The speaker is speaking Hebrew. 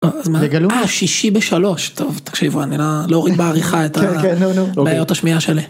אה... שישי בשלוש טוב תקשיבו אני לא...לא אוריד בעריכה את בעיות השמיעה שלי.